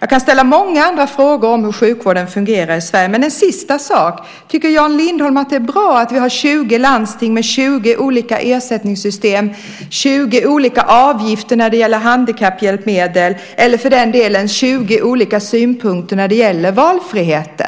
Jag kan ställa många andra frågor om hur sjukvården fungerar i Sverige, men jag låter min sista fråga bli: Tycker Jan Lindholm att det är bra att vi i Sverige har 20 landsting med 20 olika ersättningssystem, 20 olika avgifter när det gäller handikapphjälpmedel och 20 olika sätt att se på detta med valfrihet?